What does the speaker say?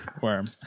worm